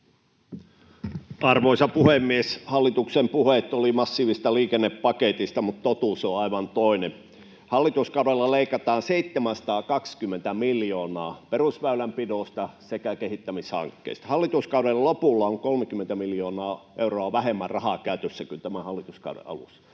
Arvoisa puhemies! Hallituksen puheet oli massiivisesta liikennepaketista, mutta totuus on aivan toinen. Hallituskaudella leikataan 720 miljoonaa perusväylänpidosta sekä kehittämishankkeista, hallituskauden lopulla on 30 miljoonaa euroa vähemmän rahaa käytössä kuin tämän hallituskauden alussa.